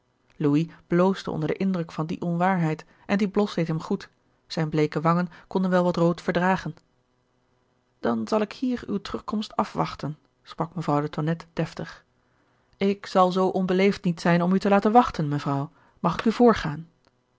louis bloosde onder den indruk van die onwaarheid en die blos deed hem goed zijne bleeke wangen konden wel wat rood verdragen gerard keller het testament van mevrouw de tonnette dan zal ik hier uwe terugkomst afwachten sprak mevrouw de tonnette deftig ik zal zoo onbeleefd niet zijn om u te laten wachten mevrouw mag ik u voorgaan